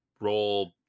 role